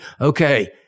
Okay